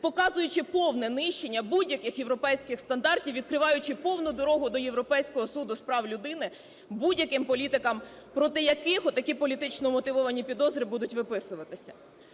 показуючи повне нищення будь-яких європейських стандартів, відкриваючи повну дорогу до Європейського суду з прав людини будь-яким політикам, проти яких такі політично мотивовані підозри будуть виписуватися.